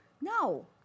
No